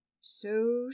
So